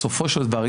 בסופו של דבר,